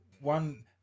one